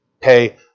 pay